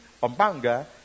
Pampanga